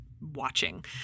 Watching